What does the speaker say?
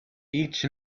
each